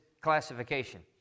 classification